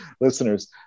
listeners